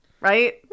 Right